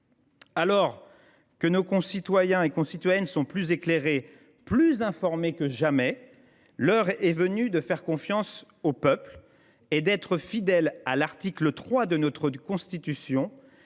Alors que nos concitoyens sont plus éclairés, plus informés que jamais, l’heure est venue de faire confiance au peuple et de nous montrer fidèles à l’article 3 de notre Constitution,